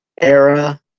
era